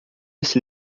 este